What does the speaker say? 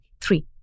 Three